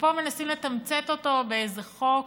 שפה מנסים לתמצת אותו באיזה חוק,